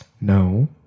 No